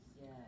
Yes